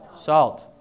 salt